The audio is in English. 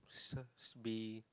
s~ supposed to be